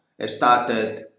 started